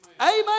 Amen